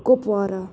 Kupwara